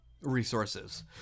resources